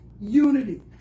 unity